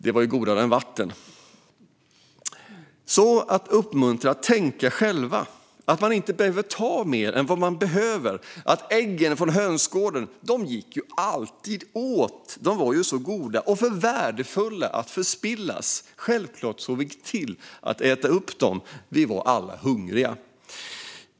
Det var ju godare än vatten. Vi behöver alltså uppmuntra människor till att tänka själva. Man behöver inte ta mer än vad man behöver. Äggen från hönsgården gick alltid åt. De var så goda och för värdefulla för att förspillas. Självklart såg vi till att äta upp dem. Vi var alla hungriga.